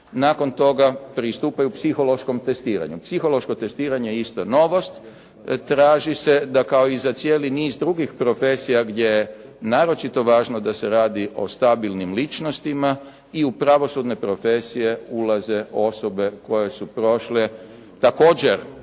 nakon toga pristupaju psihološkom testiranju. Psihološko testiranje je isto novost traži se da kao i za cijeli niz drugih profesija, gdje je naročito važno da se radi o stabilnim ličnostima i u pravosudne profesije ulaze osobe koje su prošle, također